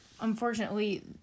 unfortunately